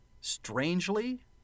Strangely